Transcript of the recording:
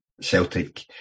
Celtic